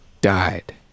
died